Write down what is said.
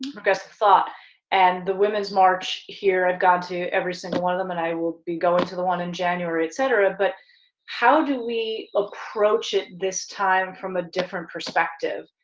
progressive thought and the women's march here, i've gone to every single one of them and i will be going to the one in january, et cetera, but how do we approach it this time from a different perspective?